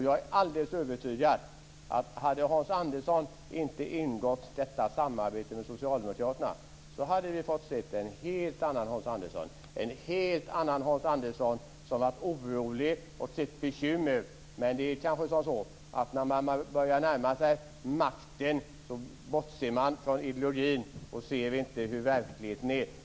Jag är alldeles övertygad om att hade Hans Andersson inte ingått detta samarbete med Socialdemokraterna hade vi fått se en helt annan Hans Andersson som hade varit orolig och sett bekymrad ut. Men det är kanske så att när man börjar närma sig makten bortser man från ideologin och ser inte hur verkligheten är.